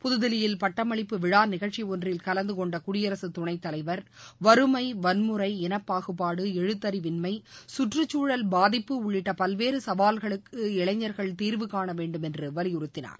புதுதில்லியில் பட்டமளிப்பு விழா நிகழ்ச்சி ஒன்றில் கலந்துகொண்ட குடியரசு துணைத்தலைவர் வறுமை வன்முறை இனப்பாகுபாடு எழுத்தறிவின்மை சுற்றுச்சூழல் பாதிப்பு உள்ளிட்ட பல்வேறு சவால்களுக்கு இளைஞர்கள் தீர்வுகாண வேண்டும் என்று வலியுறுத்தினார்